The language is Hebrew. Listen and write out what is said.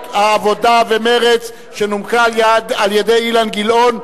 העבודה ומרצ שנומקה על-ידי אילן גילאון,